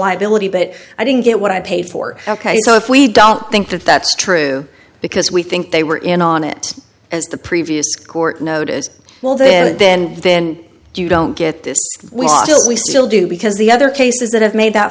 liability but i didn't get what i paid for ok so if we don't think that that's true because we think they were in on it as the previous court noted as well then then then you don't get this deal we still do because the other cases that have made that